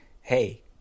Hey